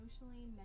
emotionally